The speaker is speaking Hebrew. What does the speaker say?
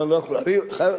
אני מדבר אתו.